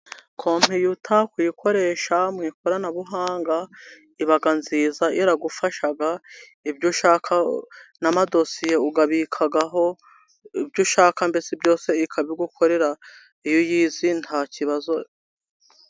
Kompiyuta kuyikoresha mu ikoranabuhanga iba nziza iragufasha, ibyo ushaka n'amadosiye uyabikaho. Ibyo ushaka mbese byose ikabigukorera, iyo uyizi nta kibazo.